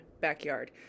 backyard